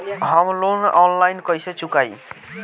हम loan online कइसे चुकाई?